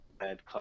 add